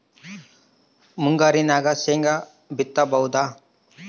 ಮುಂಗಾರಿನಾಗ ಶೇಂಗಾ ಬಿತ್ತಬಹುದಾ?